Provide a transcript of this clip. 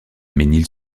mesnil